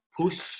push